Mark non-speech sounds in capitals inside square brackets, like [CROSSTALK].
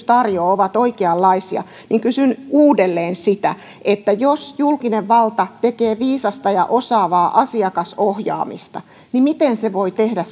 [UNINTELLIGIBLE] tarjoaa ovat oikeanlaisia kysyn uudelleen sitä että jos julkinen valta tekee viisasta ja osaavaa asiakasohjaamista niin miten se voi tehdä [UNINTELLIGIBLE]